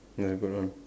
never go wrong